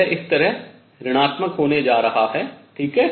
यह इस तरह ऋणात्मक होने जा रहा है ठीक है